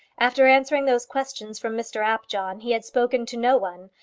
after answering those questions from mr apjohn, he had spoken to no one,